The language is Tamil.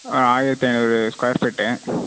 ஆயிரத்து ஐநூறு ஸ்கொயர் ஃபீட்டு